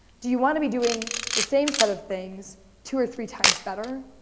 do you want to be doing the same set of things two or three times better?